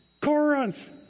Corinth